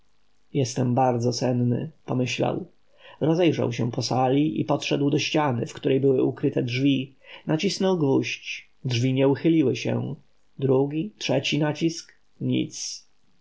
jestem bardzo senny pomyślał rozejrzał się po sali i podszedł do ściany w której były ukryte drzwi nacisnął gwóźdź drzwi nie uchyliły się drugi trzeci nacisk nic